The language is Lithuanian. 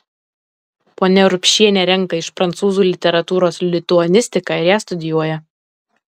ponia urbšienė renka iš prancūzų literatūros lituanistiką ir ją studijuoja